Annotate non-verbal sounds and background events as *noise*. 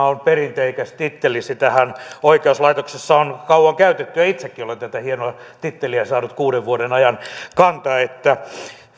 *unintelligible* on perinteikäs titteli sitähän oikeuslaitoksessa on kauan käytetty ja itsekin olen tätä hienoa titteliä saanut kuuden vuoden ajan kantaa joten